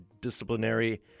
disciplinary